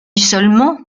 seulement